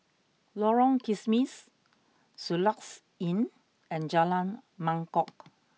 Lorong Kismis Soluxe Inn and Jalan Mangkok